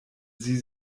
sie